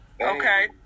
Okay